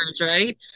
right